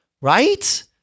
Right